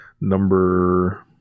Number